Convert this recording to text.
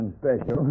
special